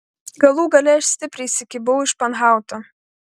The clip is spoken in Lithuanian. galų gale aš stipriai įsikibau į španhautą